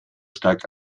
stark